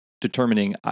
determining